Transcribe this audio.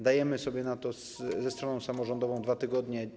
Dajemy sobie na to ze stroną samorządową 2 tygodnie.